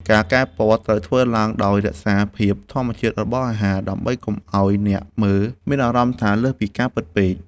ការកែពណ៌ត្រូវធ្វើឡើងដោយរក្សាភាពធម្មជាតិរបស់អាហារ ដើម្បីកុំឱ្យអ្នកមើលមានអារម្មណ៍ថាលើសពីការពិតពេក។